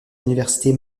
l’université